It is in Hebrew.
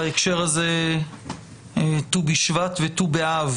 בהקשר הזה ט"ו בשבט וט"ו באב,